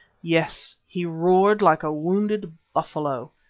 yes, he roared like a wounded buffalo.